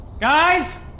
Guys